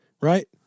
right